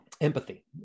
empathy